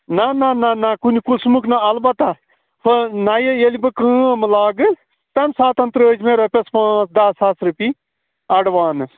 نہَ نہَ نہَ نہَ کُنہِ قٕسمُک نہَ البتاہ نَیہِ ییٚلہِ بہٕ کٲم لاگٕہ تَمہِ ساتہٕ ترٛٲوزِ مےٚ رۄپیَس پانٛژھ دَہ ساس رۄپیہِ ایڈوانس